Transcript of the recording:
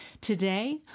Today